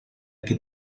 que